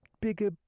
bigger